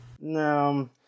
No